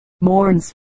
mourns